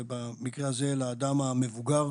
ובמקרה הזה לבן אדם מבוגר,